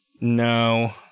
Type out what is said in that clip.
No